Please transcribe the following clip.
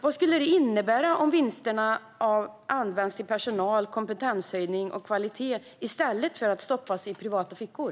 Vad skulle det innebära om vinsterna användes till personal, kompetenshöjning och kvalitet i stället för att stoppas i privata fickor?